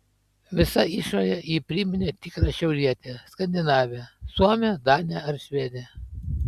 visa išore ji priminė tikrą šiaurietę skandinavę suomę danę ar švedę